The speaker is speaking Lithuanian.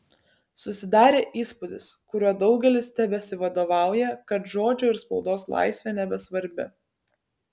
susidarė įspūdis kuriuo daugelis tebesivadovauja kad žodžio ir spaudos laisvė nebesvarbi